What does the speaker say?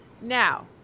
Now